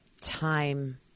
time